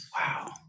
wow